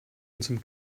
unserem